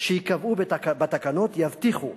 שייקבעו בתקנות יבטיחו,